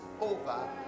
over